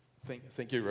thank thank you,